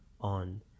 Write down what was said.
on